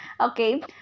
okay